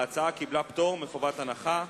ההצעה קיבלה פטור מחובת הנחה.